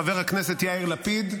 חבר הכנסת יאיר לפיד,